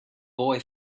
boy